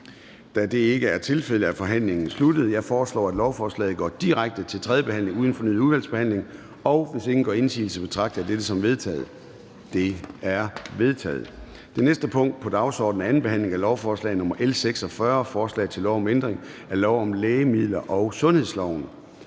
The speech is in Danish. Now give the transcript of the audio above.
undtagelse af NB)? De er vedtaget. Jeg foreslår, at lovforslaget går direkte til tredje behandling uden fornyet udvalgsbehandling. Hvis ingen gør indsigelse, betragter jeg dette som vedtaget. Det er vedtaget. --- Det næste punkt på dagsordenen er: 12) 2. behandling af lovforslag nr. L 49: Forslag til lov om ændring af byggeloven.